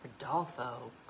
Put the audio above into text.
Rodolfo